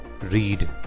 Read